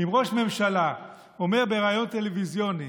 אם ראש ממשלה אומר בריאיון טלוויזיוני